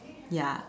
ya